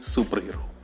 Superhero